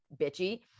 bitchy